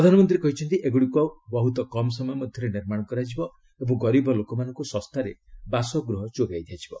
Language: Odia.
ପ୍ରଧାନମନ୍ତ୍ରୀ କହିଛନ୍ତି ଏଗୁଡ଼ିକୁ ବହୁତ କମ୍ ସମୟ ମଧ୍ୟରେ ନିର୍ମାଣ କରାଯିବ ଏବଂ ଗରିବ ଲୋକମାନଙ୍କୁ ଶସ୍ତାରେ ବାସଗୃହ ଯୋଗାଇ ଦିଆଯିବ